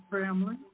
family